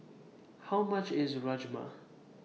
How much IS Rajma